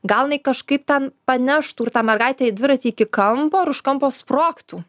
gal jinai kažkaip ten paneštų ir tą mergaitę ir dviratį iki kampo ir už kampo sprogtų